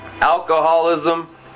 alcoholism